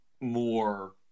more